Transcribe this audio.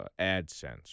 AdSense